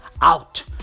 out